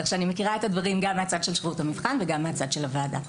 כך שאני מכירה את הדברים גם מהצד של שירות המבחן וגם מהצד של הוועדה.